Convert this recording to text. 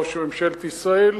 ראש ממשלת ישראל.